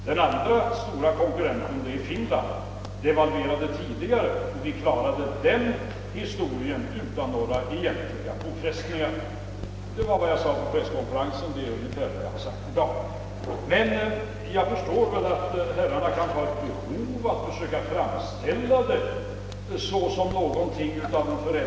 Den andra stora konkurrenten, Finland, devalverade tidigare och vi klarade detta utan några egentliga påfrestningar.